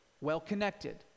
well-connected